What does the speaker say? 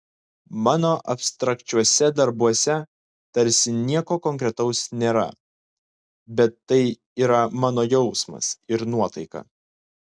mano abstrakčiuose darbuose tarsi nieko konkretaus nėra bet tai yra mano jausmas ir nuotaika